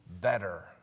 better